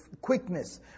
quickness